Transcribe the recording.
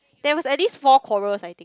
there was at least four quarrels I think